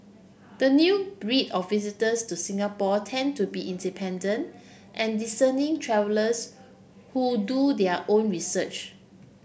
the new breed of visitors to Singapore tend to be independent and discerning travellers who do their own research